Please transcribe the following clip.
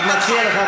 אני מציע לך,